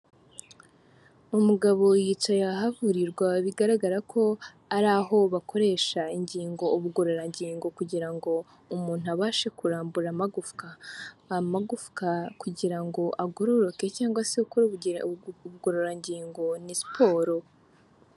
Umugabo yicaye ahavurirwa bigaragara ko ari aho bakoresha ingingo ubugororangingo kugira ngo umuntu abashe kurambura amagufwa; amagufwa kugira ngo agororoke cyangwa se gukora ubugororangingo ni siporo.